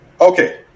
Okay